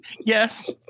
Yes